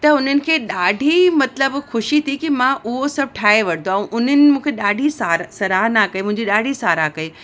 त उन्हनि खे ॾाढी मतिलबु ख़ुशी थी की मां उहो सभु ठाहे वठंदो ऐं उन्हनि मूंखे ॾाढी साराह सराहना कई मुंहिंजी ॾाढी साराह कई